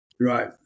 Right